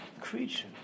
creature